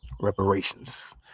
reparations